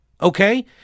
Okay